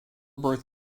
birth